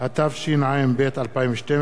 התשע"ב 2012,